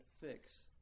fix